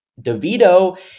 DeVito